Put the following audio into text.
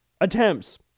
attempts